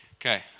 Okay